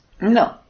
No